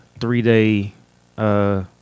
three-day